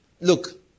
Look